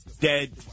dead